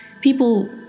people